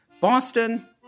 Boston